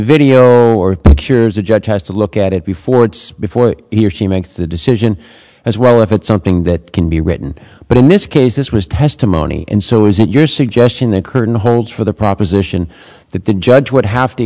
video or pictures a judge has to look at it before it's before he or she makes the decision as well if it's something that can be written but in this case this was testimony and so is it your suggestion they couldn't hold for the proposition that the judge would have to